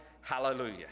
hallelujah